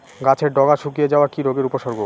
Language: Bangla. গাছের ডগা শুকিয়ে যাওয়া কি রোগের উপসর্গ?